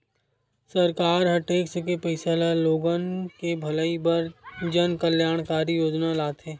सरकार ह टेक्स के पइसा ल लोगन के भलई बर जनकल्यानकारी योजना लाथे